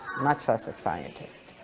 much less a scientist.